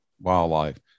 wildlife